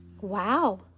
Wow